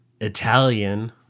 Italian